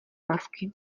masky